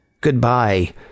goodbye